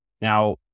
Now